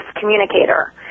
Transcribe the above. communicator